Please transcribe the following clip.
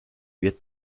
wird